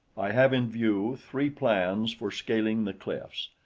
i have in view three plans for scaling the cliffs,